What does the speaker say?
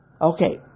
Okay